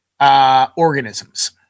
organisms